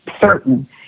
certain